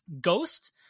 Ghost